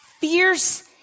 Fierce